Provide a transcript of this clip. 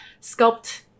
sculpt